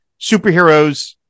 superheroes